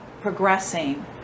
progressing